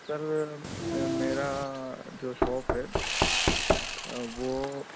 سر میرا جو شاپ ہے وہ